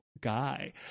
guy